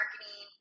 Marketing